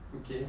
okay